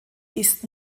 ist